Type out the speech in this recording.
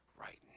right